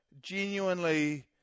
genuinely